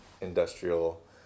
industrial